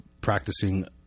practicing